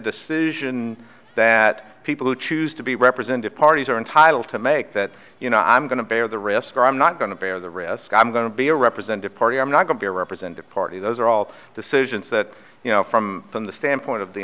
decision that people who choose to be represented parties are entitled to make that you know i'm going to bear the risk or i'm not going to bear the risk i'm going to be a represent a party i'm not going to represent the party those are all decisions that you know from from the standpoint of the